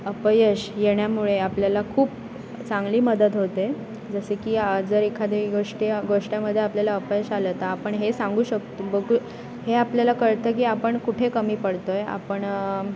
अपयश येण्यामुळे आपल्याला खूप चांगली मदत होते जसे की जर एखादी गोष्टी गोष्टीमध्ये आपल्याला अपयश आलं तर आपण हे सांगू शकतो बघू हे आपल्याला कळतं की आपण कुठे कमी पडतो आहे आपण